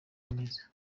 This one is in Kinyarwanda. bimeze